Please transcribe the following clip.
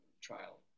trial